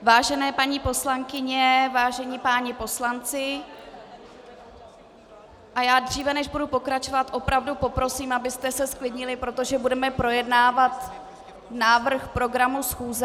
Vážené paní poslankyně, vážení páni poslanci, dříve než budu pokračovat, opravdu poprosím, abyste se zklidnili, protože budeme projednávat návrh programu schůze.